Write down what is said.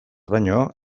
baino